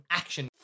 action